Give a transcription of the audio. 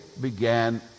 began